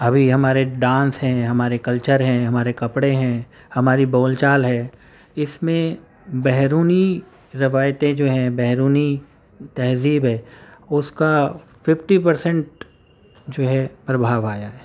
ابھی ہمارے ڈانس ہیں ہمارے کلچر ہیں ہمارے کپڑے ہیں ہماری بول چال ہے اس میں بیرونی روایتیں جو ہیں بیرونی تہذیب ہے اس کا ففٹی پرسینٹ جو ہے پربھاؤ آیا ہے